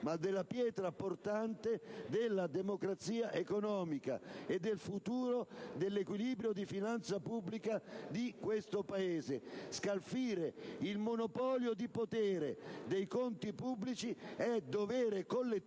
ma della pietra portante della democrazia economica e del futuro dell'equilibrio di finanza pubblica di questo Paese. Scalfire il monopolio di potere dei conti pubblici è dovere collettivo